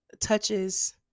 touches